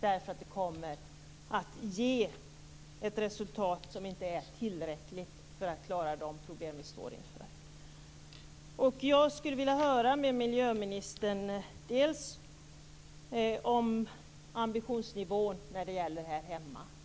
Detta kommer nämligen att ge ett resultat som inte är tillräckligt för att klara de problem som vi står inför. Jag skulle vilja höra om ambitionsnivån här hemma med miljöministern.